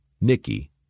Nicky